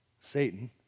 Satan